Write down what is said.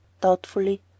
doubtfully